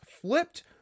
flipped